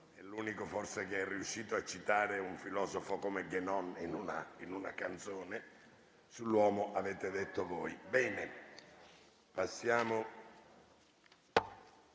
l'unico che è riuscito a citare un filosofo come Guénon in una canzone Sull'uomo, avete detto voi. **Discussione